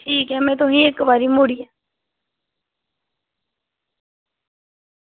ठीक ऐ में तुसेंगी इक्क बारी मुड़ियै